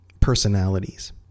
personalities